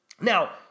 now